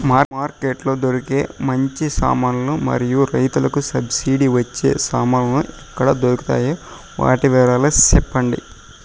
Market లో దొరికే మంచి సామాన్లు మరియు రైతుకు సబ్సిడి వచ్చే సామాన్లు ఎక్కడ దొరుకుతాయి? వాటి వివరాలు సెప్పండి?